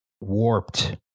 warped